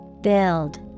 Build